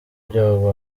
byabo